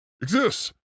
exists